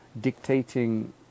dictating